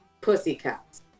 Pussycats